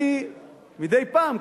מדי פעם,